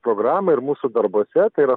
programą ir mūsų darbuose tai yra